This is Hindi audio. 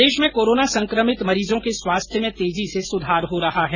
प्रदेश में कोरोना संकमित मरीजों के स्वास्थ्य में तेजी से सुधार हो रहा है